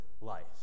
life